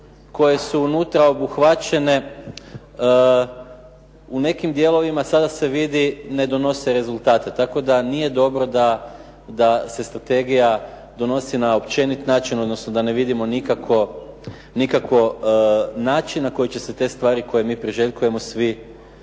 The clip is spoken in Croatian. koje su unutra obuhvaćene u nekim dijelovima sada se vidi ne donose rezultate, tako da nije dobro da se strategija donosi na općenit način, odnosno da ne vidimo nikako način na koji će se te stvari koje mi priželjkujemo svi